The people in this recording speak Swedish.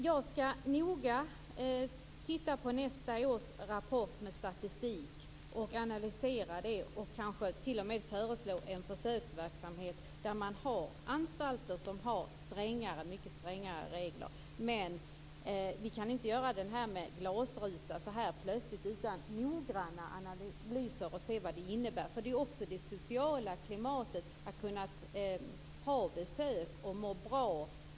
Jag skall noga analysera nästa års rapport med statistik och kanske föreslå en försöksverksamhet med anstalter med mycket stränga regler. Vi kan inte införa glasruta så plötsligt utan noggranna analyser av vad det innebär. Det sociala klimatet har betydelse, att kunna få besök och må bra.